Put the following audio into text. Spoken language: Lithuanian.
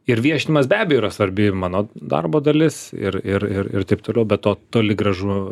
ir viešinimas be abejo svarbi mano darbo dalis ir ir ir ir taip toliau be to toli gražu